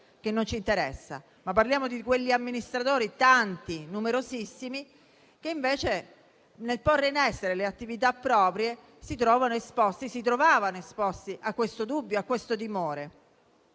parliamo di quegli amministratori, tanti, numerosissimi, che invece, nel porre in essere le loro attività, si trovavano esposti a questo dubbio, a questo timore.